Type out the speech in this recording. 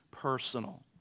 personal